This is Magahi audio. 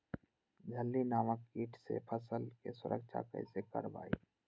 इल्ली नामक किट से फसल के सुरक्षा कैसे करवाईं?